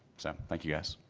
so thank you, guys.